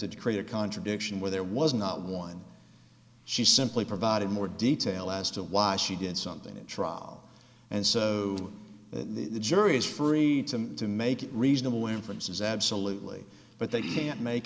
to create a contradiction where there was not one she simply provided more detail as to why she did something in trial and so the jury is free to make reasonable inferences absolutely but they can't make